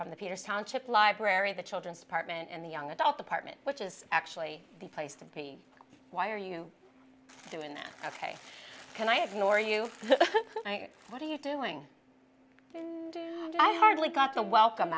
from the peters township library the children's partment and the young adult department which is actually the place to be why are you doing this ok can i ignore you what are you doing i hardly got the welcome